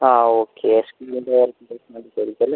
ആ ഓക്കെ അഡ്മിഷൻ്റെ കാര്യത്തിനൊക്കെ വേണ്ടീട്ടായിരികുവല്ലേ